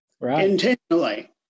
Intentionally